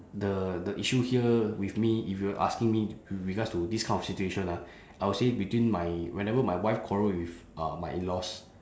the the issue here with me if you asking me with regards to this kind of situation ah I will say between my whenever my wife quarrel with uh my in laws